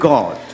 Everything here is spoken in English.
God